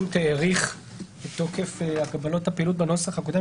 שהאריך את תוקף התקנות בנוסח הקודם